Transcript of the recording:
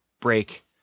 break